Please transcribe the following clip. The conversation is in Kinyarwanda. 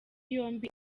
yombi